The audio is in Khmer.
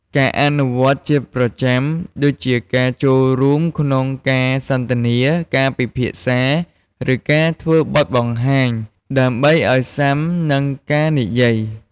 ការ អនុវត្តជាប្រចាំ ដូចជាការចូលរួមក្នុងការសន្ទនា ការពិភាក្សា ឬការធ្វើបទបង្ហាញ ដើម្បីឱ្យស៊ាំនឹងការនិយាយ។